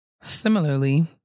Similarly